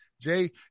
Jay